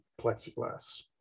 plexiglass